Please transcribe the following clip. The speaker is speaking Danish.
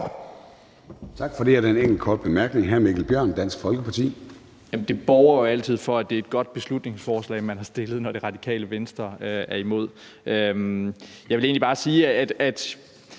Tak for det. Der er en enkelt kort bemærkning. Hr. Mikkel Bjørn, Dansk Folkeparti. Kl. 20:32 Mikkel Bjørn (DF): Det borger jo altid for, at det er et godt beslutningsforslag, man har fremsat, når Radikale Venstre er imod. Jeg vil egentlig bare sige, at